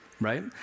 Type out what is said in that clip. right